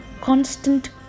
constant